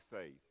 faith